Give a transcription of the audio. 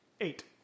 Eight